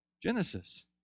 Genesis